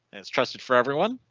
it's trusted for everyone.